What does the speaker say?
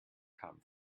come